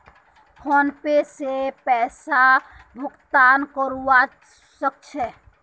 PhonePe से पैसार भुगतान करवा सकछी